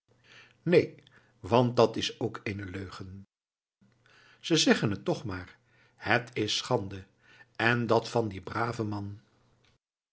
neen want dat is ook eene leugen ze zeggen het dan toch maar het is schande en dat van dien braven man